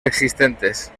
existentes